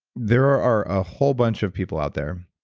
there are a whole bunch of people out there,